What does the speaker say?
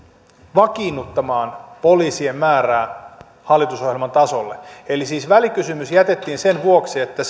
vakiinnuttamaan poliisien määrää hallitusohjelman tasolle eli siis välikysymys jätettiin sen vuoksi että